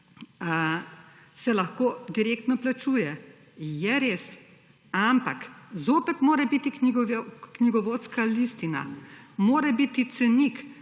se lahko direktno plačuje. Je res, ampak, zopet mora biti knjigovodska listina, mora biti cenik,